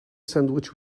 sandwich